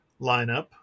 lineup